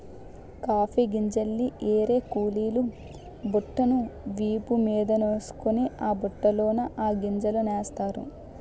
coffee గింజల్ని ఏరే కూలీలు బుట్టను వీపు మీదేసుకొని ఆ బుట్టలోన ఆ గింజలనేస్తారు